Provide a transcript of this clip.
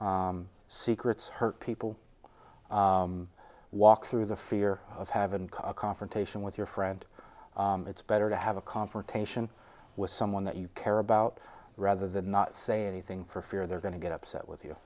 secrets hurt people walk through the fear of haven't confrontation with your friend it's better to have a confrontation with someone that you care about rather than not saying anything for fear they're going to get upset with you